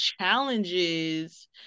challenges